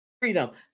freedom